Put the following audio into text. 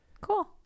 Cool